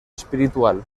espiritual